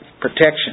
protection